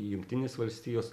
jungtinės valstijos